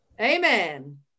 Amen